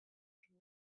jours